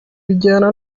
bijyana